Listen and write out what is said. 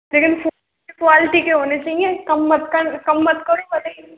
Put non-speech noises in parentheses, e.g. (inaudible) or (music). लेकिन फिर क्वालिटी के होना चाहिए कम मत कर कम मत करो भलई (unintelligible)